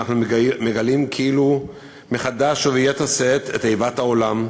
אנחנו מגלים כאילו מחדש וביתר שאת את איבת העולם,